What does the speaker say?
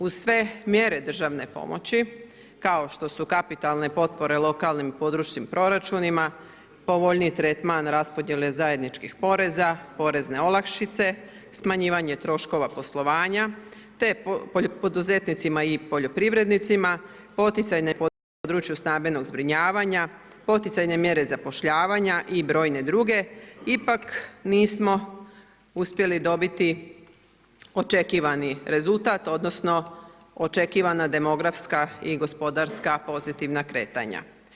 Uz sve mjere državne pomoći, kao što su kapitalne potpore lokalnim područnim proračunima, povoljniji tretman raspodjele zajedničkih poreza, porezne olakšice, smanjivanje troškova poslovanja te poduzetnicima i poljoprivrednicima, poticajne mjere u području stambenog zbrinjavanja, poticajne mjere zapošljavanja i brojne druge ipak nismo uspjeli dobiti očekivani rezultat odnosno očekivana demografska i gospodarska pozitivna kretanja.